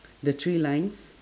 the three lines